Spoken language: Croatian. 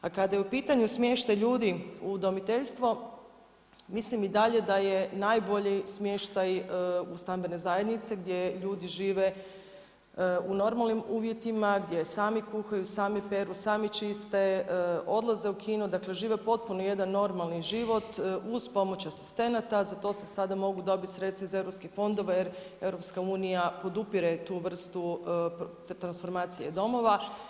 A kada je u pitanju smještaj ljudi u udomiteljstvu mislim da i dalje da je najbolji smještaj u stambene zajednice, gdje ljudi žive u normalnim uvjetima, gdje sami kuhaju, sami peru, sami čiste, odlaze u kino, dakle, žive potpuno jedan normalni život, uz pomoć asistenata, za to se sada mogu dobiti sredstva iz europskih fondova, jer EU podupire tu vrstu te transformacije domova.